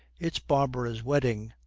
it's barbara's wedding.